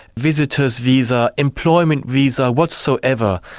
visitor's visa, employment visa, whatsoever,